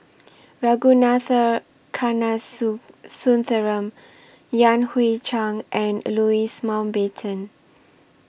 Ragunathar Kanagasuntheram Yan Hui Chang and Louis Mountbatten